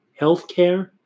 healthcare